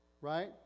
Right